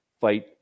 Fight